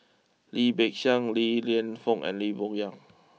Lim Peng Siang Li Lienfung and Lim Bo Yam